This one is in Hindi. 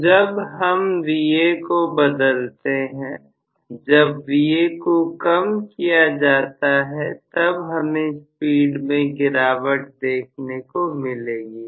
तो जब हम Va को बदलते हैं जब Va को कम किया जाता है तब हमें स्पीड में गिरावट देखने को मिलेगी